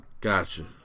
gotcha